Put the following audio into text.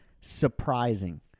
surprising